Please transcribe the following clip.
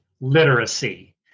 literacy